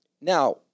Now